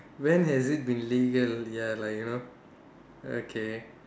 when has it been legal ya like you know okay